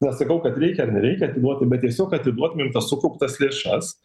nesakau kad reikia ar nereikia atiduoti bet tiesiog atiduotumėm tas sukauptas lėšas